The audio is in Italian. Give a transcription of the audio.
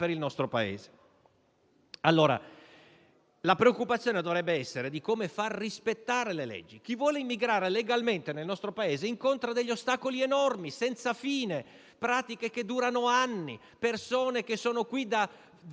il nostro Paese. La preoccupazione dovrebbe essere come far rispettare le leggi. Chi vuole immigrare legalmente nel nostro Paese incontra degli ostacoli enormi, senza fine, con pratiche che durano anni. Persone, che sono qui da